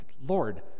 Lord